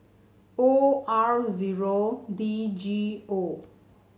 O R zero D G O